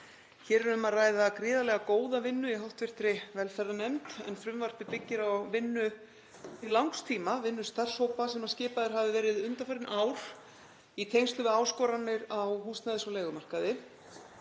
Hér er um að ræða gríðarlega góða vinnu í hv. velferðarnefnd en frumvarpið byggir á vinnu til langs tíma, vinnu starfshópa sem skipaðir hafa verið undanfarin ár í tengslum við áskoranir á húsnæðis- og leigumarkaði.